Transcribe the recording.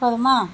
போதுமா